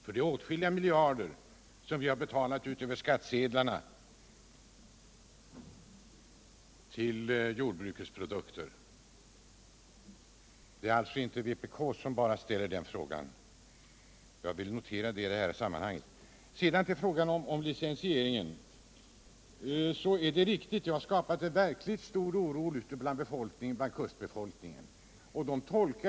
Det är åtskilliga miljarder vi har betalat ut över skattsedlarna till jordbrukets produkter, men för fiskarna har det varit stopp. Det är alltså inte bara vpk som ställer det kravet. Jag vill notera det i detta sammanhang. Sedan till frågan om licensieringen. Det är riktigt att den har skapat verkligt stor oro bland kustbefolkningen.